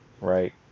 right